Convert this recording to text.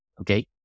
Okay